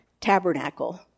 tabernacle